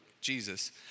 Jesus